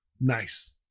Nice